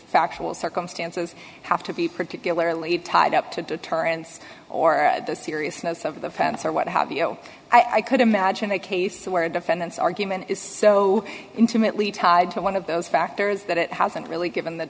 factual circumstances have to be particularly tied up to deterrence or the seriousness of the fence or what have you i could imagine a case where a defendant's argument is so intimately tied to one of those factors that it hasn't really given th